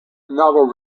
novel